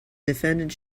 defendant